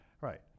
Right